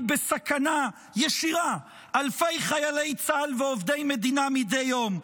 בסכנה ישירה אלפי חיילי צה"ל ועובדי מדינה מדי יום?